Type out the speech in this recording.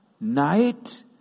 Night